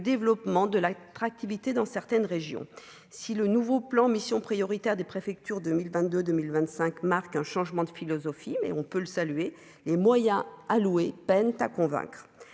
développement de l'attractivité dans certaines régions, si le nouveau plan missions prioritaires des préfectures 2022 2025 marque un changement de philosophie, mais on peut le saluer les moyens alloués, peine à convaincre